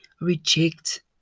reject